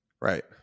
Right